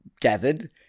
Gathered